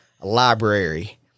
Library